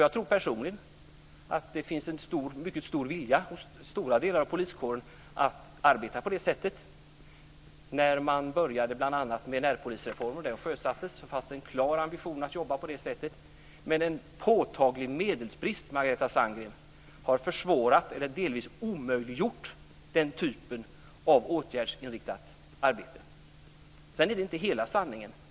Jag tror personligen att det finns en mycket stor vilja inom stora delar av poliskåren att arbeta på det sättet. Bl.a. när närpolisreformen sjösattes fanns det en klar ambition att jobba på detta sätt, men en påtaglig medelsbrist har, Margareta Sandgren, försvårat eller delvis omöjliggjort den här typen av åtgärdsinriktat arbete. Sedan är det inte hela sanningen.